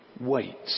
wait